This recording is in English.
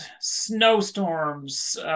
snowstorms